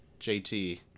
JT